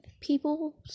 people